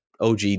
OG